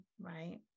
right